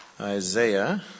Isaiah